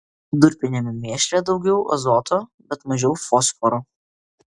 durpiniame mėšle daugiau azoto bet mažiau fosforo